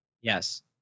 Yes